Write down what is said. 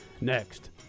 next